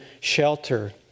shelter